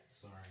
sorry